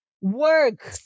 work